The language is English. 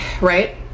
right